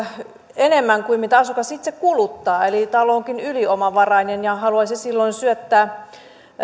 enemmän kuin mitä asukas itse kuluttaa eli talo onkin yliomavarainen ja hän haluaisi silloin syöttää